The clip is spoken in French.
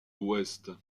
ouest